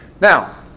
Now